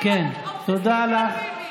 כן, תודה לך.